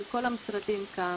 של כל המשרדים כאן.